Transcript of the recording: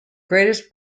greatest